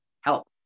help